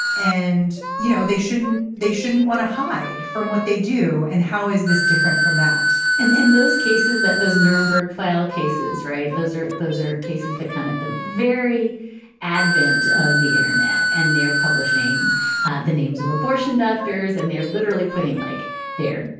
and you know they shouldn't they shouldn't want to hide from what they do and how is this different from that and in those cases that those nuremberg file cases right. those are those are cases that come at the very advent of the internet and they're publishing the names of abortion doctors and they're literally putting like there.